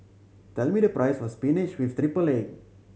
tell me the price of spinach with triple egg